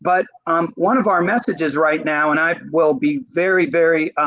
but um one of our messages right now, and i will be very, very